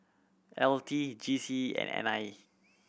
L T G C E and N I E